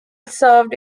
served